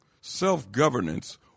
self-governance